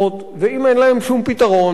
ואם אין להם שום פתרון ואין להם שום